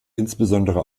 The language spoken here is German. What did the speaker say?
insbesondere